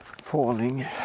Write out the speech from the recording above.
falling